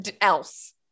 else